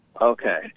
Okay